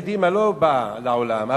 קדימה לא באה לעולם,